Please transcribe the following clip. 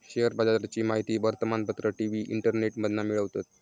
share बाजाराची माहिती वर्तमानपत्र, टी.वी, इंटरनेटमधना मिळवतत